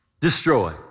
destroy